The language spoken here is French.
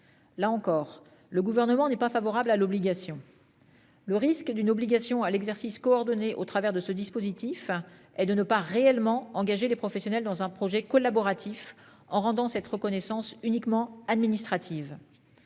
Là encore, le gouvernement n'est pas favorable à l'obligation. Le risque d'une obligation à l'exercice coordonné au travers de ce dispositif et de ne pas réellement engagé les professionnels dans un projet collaboratif en rendant cette reconnaissance uniquement administrative.--